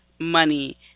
money